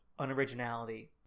unoriginality